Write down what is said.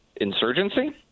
Insurgency